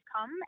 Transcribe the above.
come